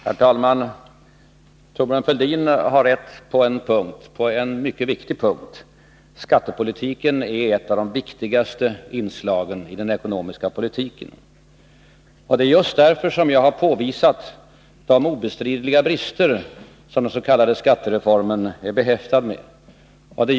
Herr talman! Thorbjörn Fälldin har rätt på en mycket viktig punkt: skattepolitiken är ett av de viktigaste inslagen i den ekonomiska politiken. Just därför har jag påvisat de obestridliga brister som den s.k. skattereformen är behäftad med.